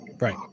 Right